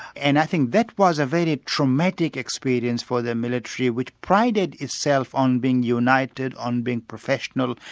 and i think that was a very traumatic experience for the military, which prided itself on being united, on being professional,